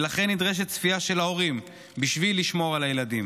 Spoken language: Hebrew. ולכן נדרשת צפייה של ההורים בשביל לשמור על הילדים.